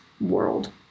world